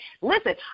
Listen